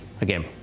Again